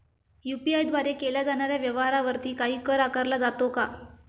UPI द्वारे केल्या जाणाऱ्या व्यवहारावरती काही कर आकारला जातो का?